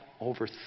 over